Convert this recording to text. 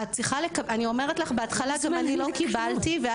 למה אני לא בקבוצת ההורים?